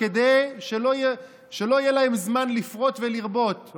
שלא יהיה להם זמן לפרות ולרבות.